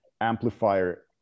amplifier